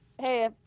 hey